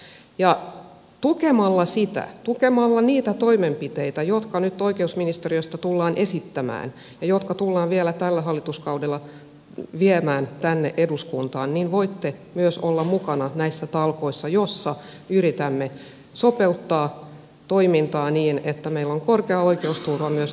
ja tukemalla sitä tukemalla niitä toimenpiteitä joita nyt oikeusministeriöstä tullaan esittämään ja jotka tullaan vielä tällä hallituskaudella viemään tänne eduskuntaan voitte myös olla mukana näissä talkoissa joissa yritämme sopeuttaa toimintaa niin että meillä on korkea oikeusturva myös tulevaisuudessa